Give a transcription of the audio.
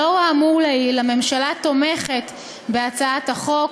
לאור האמור לעיל, הממשלה תומכת בהצעת החוק.